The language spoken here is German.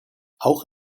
auch